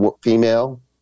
female